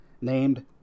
named